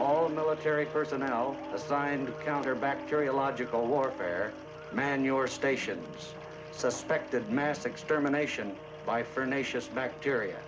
all military personnel assigned to counter bacteriological warfare man your stations suspected mass extermination by for nation bacteria